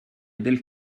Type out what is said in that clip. del